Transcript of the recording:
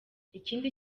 ikindi